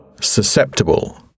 Susceptible